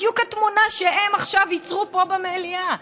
בדיוק התמונה שהם עכשיו ייצרו פה במליאה,